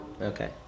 Okay